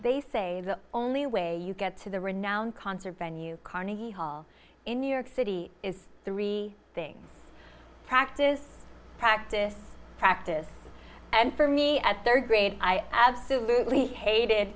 they say the only way you get to the renowned concert venue carnegie hall in new york city is three things practice practice practice and for me at third grade i absolutely hated